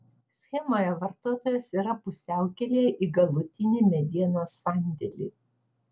schemoje vartotojas yra pusiaukelėje į galutinį medienos sandėlį